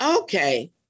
Okay